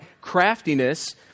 Craftiness